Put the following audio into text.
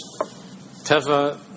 Teva